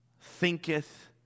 Thinketh